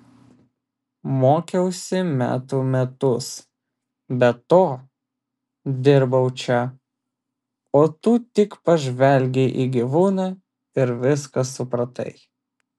mokiausi metų metus be to dirbau čia o tu tik pažvelgei į gyvūną ir viską supratai